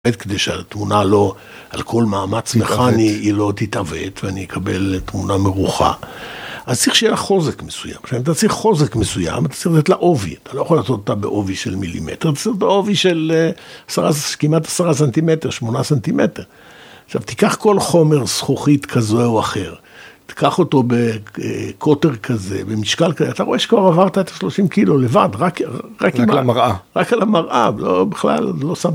כדי שהתמונה לא על כל מאמץ מכני, היא לא תתעוות ואני אקבל תמונה מרוחה. אז צריך שיהיה לך חוזק מסוים. כשאתה צריך חוזק מסוים, אתה צריך לתת לה עובי. אתה לא יכול לתת אותה בעובי של מילימטר, אתה צריך לתת לה עובי של כמעט עשרה סנטימטר, שמונה סנטימטר. עכשיו, תיקח כל חומר זכוכית כזה או אחר. תיקח אותו בקוטר כזה, במשקל כזה. אתה רואה שכבר עברת את ה-30 קילו לבד. רק על המראה. רק על המראה. בכלל לא סבבה.